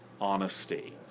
honesty